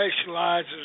specializes